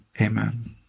Amen